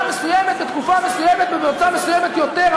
מסוימת לתקופה מסוימת במועצה מסוימת יותר,